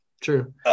True